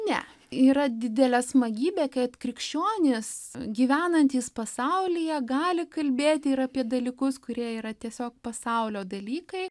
ne yra didelė smagybė kad krikščionys gyvenantys pasaulyje gali kalbėti ir apie dalykus kurie yra tiesiog pasaulio dalykai